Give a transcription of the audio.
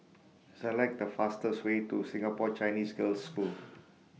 Select The fastest Way to Singapore Chinese Girls' School